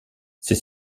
ses